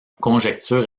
conjecture